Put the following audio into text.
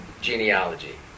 genealogy